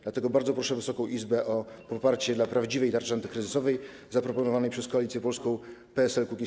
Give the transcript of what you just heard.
Dlatego bardzo proszę Wysoką Izbę o poparcie prawdziwej tarczy antykryzysowej zaproponowanej przez Koalicję Polską - PSL - Kukiz15.